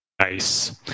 nice